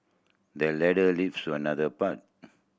the ladder leaves to another path